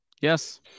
Yes